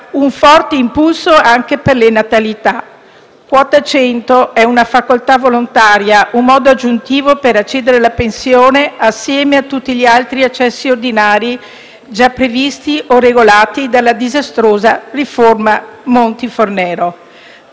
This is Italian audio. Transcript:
un forte impulso anche per le natalità. Quota 100 è una facoltà volontaria, un modo aggiuntivo per accedere alla pensione insieme a tutti gli altri accessi ordinari già previsti o regolati dalla disastrosa riforma Monti-Fornero.